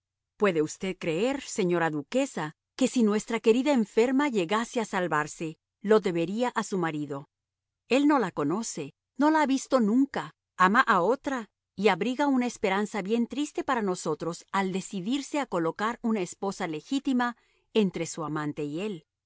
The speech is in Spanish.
puede usted creer señora duquesa que si nuestra querida enferma llegase a salvarse lo debería a su marido el no la conoce no la ha visto nunca ama a otra y abriga una esperanza bien triste para nosotros al decidirse a colocar una esposa legítima entre su amante y él